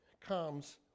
comes